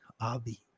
Avi